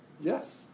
Yes